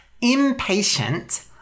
Impatient